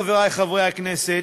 חברי חברי הכנסת,